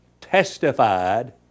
testified